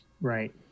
Right